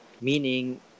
meaning